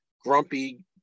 grumpy